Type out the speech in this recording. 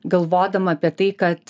galvodama apie tai kad